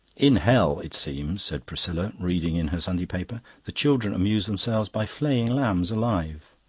in hell, it seems, said priscilla, reading in her sunday paper, the children amuse themselves by flaying lambs alive.